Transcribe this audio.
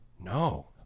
No